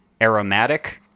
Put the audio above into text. aromatic